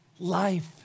life